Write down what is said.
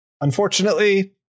Unfortunately